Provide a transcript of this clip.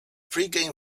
pregame